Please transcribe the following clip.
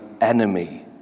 enemy